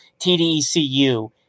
TDECU